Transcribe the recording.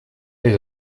les